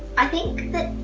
i think that